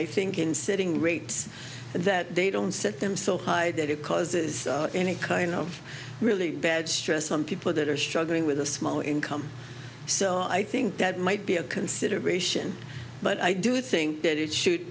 i think in sitting rates that they don't set them so high that it causes any kind of really bad stress on people that are struggling with a small income so i think that might be a consideration but i do think that is sho